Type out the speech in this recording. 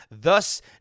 Thus